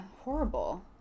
Horrible